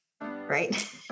right